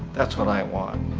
that's what i want.